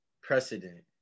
precedent